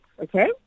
okay